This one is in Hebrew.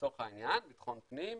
לצורך העניין, בטחון פנים,